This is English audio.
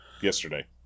yesterday